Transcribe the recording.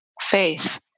faith